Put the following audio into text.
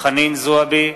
חנין זועבי,